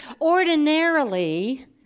Ordinarily